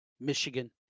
Michigan